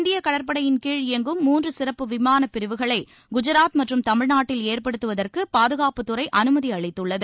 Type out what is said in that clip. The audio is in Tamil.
இந்தியக் கடற்படையின் கீழ் இயங்கும் முன்று சிறப்பு விமாளப் பிரிவுகளை குஜராத் மற்றும் தமிழ்நாட்டில் ஏற்படுத்துவதற்கு பாதுகாப்புத்துறை அனுமதியளித்துள்ளது